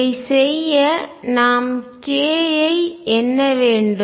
இதைச் செய்ய நாம் k ஐ எண்ண வேண்டும்